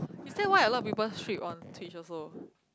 is that why a lot of people strip on twitch also